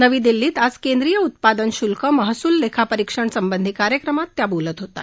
नवी दिल्लीत आज केंद्रीय उत्पादन शुल्क महसूल लेखा परिक्षण संबंधी कार्यक्रमात त्या बोलत होत्या